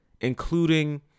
including